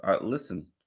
Listen